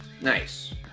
Nice